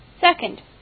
Second